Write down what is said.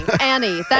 Annie